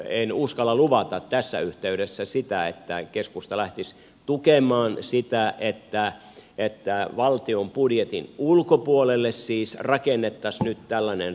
en uskalla luvata tässä yhteydessä sitä että keskusta lähtisi tukemaan sitä että siis valtion budjetin ulkopuolelle rakennettaisiin nyt tällainen rahasto